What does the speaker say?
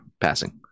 passing